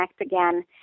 again